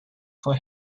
for